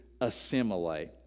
assimilate